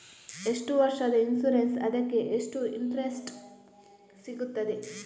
ಎಷ್ಟು ವರ್ಷದ ಇನ್ಸೂರೆನ್ಸ್ ಅದಕ್ಕೆ ಎಷ್ಟು ಇಂಟ್ರೆಸ್ಟ್ ಸಿಗುತ್ತದೆ?